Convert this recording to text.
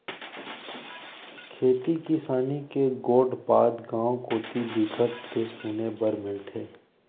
खेती किसानी के गोठ बात गाँव कोती बिकट के सुने बर मिलथे